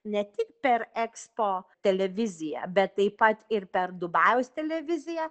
ne tik per ekspo televiziją bet taip pat ir per dubajaus televiziją